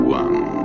one